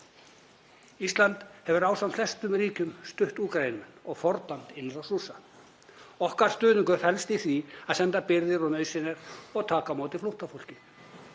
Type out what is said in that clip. Ísland hefur ásamt flestum ríkjum stutt Úkraínumenn og fordæmt innrás Rússa. Okkar stuðningur felst í því að senda birgðir og nauðsynjar og taka á móti flóttafólki.